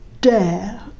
dare